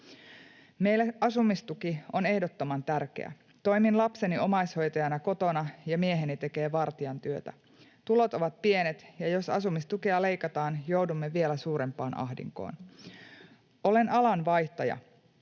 ”Meille asumistuki on ehdottoman tärkeä. Toimin lapseni omaishoitajana kotona, ja mieheni tekee vartijan työtä. Tulot ovat pienet, ja jos asumistukea leikataan, joudumme vielä suurempaan ahdinkoon.” ”Olen alanvaihtaja,